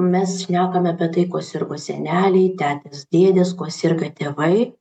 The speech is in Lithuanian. mes šnekam apie tai kuo sirgo seneliai tetės dėdės kuo serga tėvai